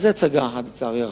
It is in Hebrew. אז זו הצגה אחת, לצערי הרב,